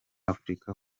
afurika